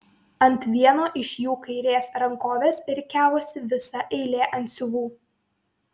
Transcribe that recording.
ant vieno iš jų kairės rankovės rikiavosi visa eilė antsiuvų